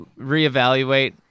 reevaluate